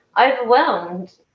overwhelmed